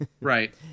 Right